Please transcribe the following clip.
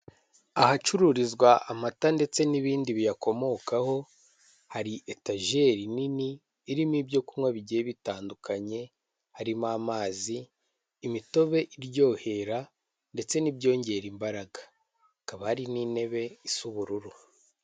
Ahacururizwa amata ndetse n'ibindi biyakomokaho, hari etajeri nini irimo ibyo kunywa bigiye bitandukanye, harimo amazi, imitobe iryohera ndetse n'ibyongera imbaraga. Hakaba hari n'intebe isa ubururu.